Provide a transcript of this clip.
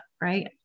right